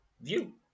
View